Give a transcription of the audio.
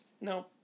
No